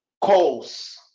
calls